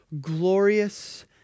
glorious